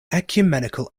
ecumenical